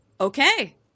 Okay